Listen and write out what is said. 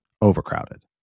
overcrowded